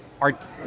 art